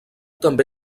també